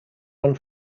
one